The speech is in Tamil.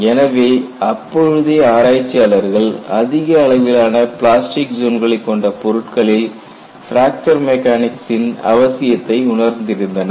எனவே அப்பொழுதே ஆராய்ச்சியாளர்கள் அதிக அளவிலான பிளாஸ்டிக் ஜோன்களை கொண்ட பொருட்களில் பிராக்சர் மெக்கானிக்சின் அவசியத்தை உணர்ந்திருந்தனர்